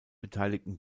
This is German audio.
beteiligten